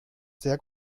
sehr